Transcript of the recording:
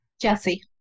Jesse